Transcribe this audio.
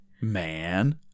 Man